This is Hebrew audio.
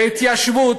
ההתיישבות